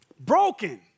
broken